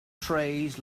trays